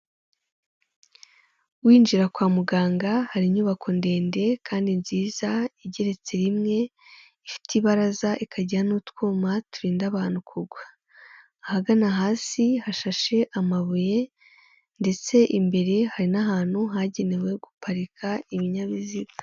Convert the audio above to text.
Winjira kwa muganga hari inyubako ndende kandi nziza igeretse rimwe ifite ibaraza ikajyira n'utwuma turinda abantu kugwa, ahagana hasi hashashe amabuye ndetse imbere hari n'ahantu hagenewe guparika ibinyabiziga.